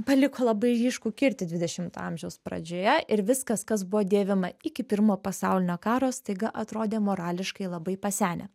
paliko labai ryškų kirtį dvidešimto amžiaus pradžioje ir viskas kas buvo dėvima iki pirmo pasaulinio karo staiga atrodė morališkai labai pasenę